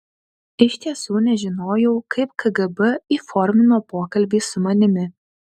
iš tiesų nežinojau kaip kgb įformino pokalbį su manimi